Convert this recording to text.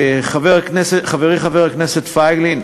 חברי חבר הכנסת פייגלין,